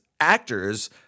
actors